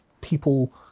people